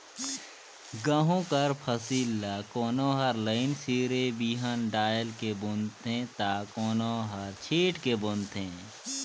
गहूँ कर फसिल ल कोनो हर लाईन सिरे बीहन डाएल के बूनथे ता कोनो हर छींट के बूनथे